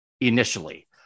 initially